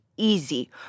Easy